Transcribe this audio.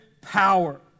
power